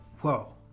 Whoa